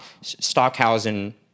Stockhausen